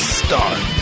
start